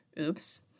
Oops